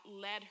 led